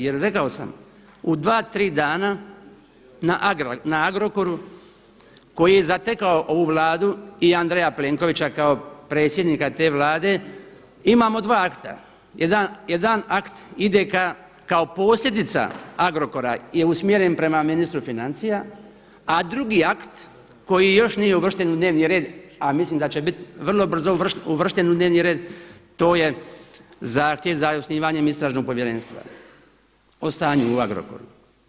Jer rekao sam, u dva tri dana na Agrokoru koji je zatekao ovu Vladu i Andreja Plenkovića kao predsjednika te Vlade, imamo dva akta, jedan akt ide kao posljedica Agrokora je usmjeren prema ministru financija a drugi akt koji još nije uvršten u dnevni red a mislim da će biti vrlo brzo uvršten u dnevni red to je zahtjev za osnivanjem istražnog povjerenstva o stanju u Agrokoru.